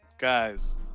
Guys